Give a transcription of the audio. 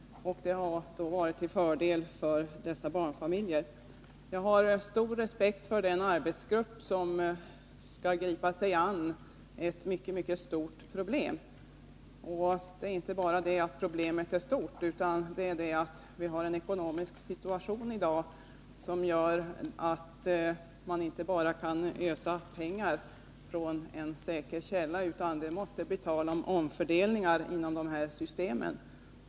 Det har varit till fördel för barnfamiljerna. Jag har stor respekt för den arbetsgrupp som skall gripa sig an med detta mycket stora problem. Det är inte bara det att problemet är stort, utan vi har i dag en ekonomisk situation som gör att man inte bara kan ösa pengar från en säker källa, utan det måste bli tal om omfördelningar inom de här systemen.